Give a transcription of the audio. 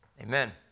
Amen